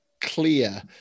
clear